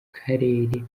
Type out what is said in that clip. karere